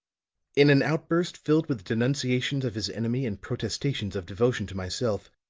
in an outburst, filled with denunciations of his enemy and protestations of devotion to myself,